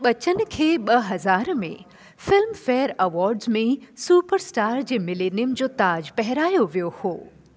बच्चन खे ॿ हज़ार में फिल्मफेयर अवॉड्स में सुपरस्टार जे मिलेनियम जो ताज पहिरायो वियो हुओ